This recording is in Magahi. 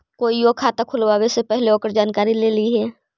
कोईओ खाता खुलवावे से पहिले ओकर जानकारी ले लिहें